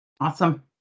Awesome